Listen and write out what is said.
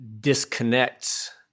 disconnects